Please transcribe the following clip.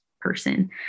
person